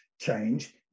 change